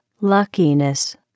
luckiness